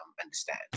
understand